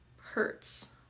Hurts